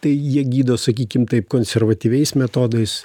tai jie gydo sakykim taip konservatyviais metodais